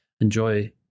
enjoy